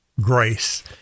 grace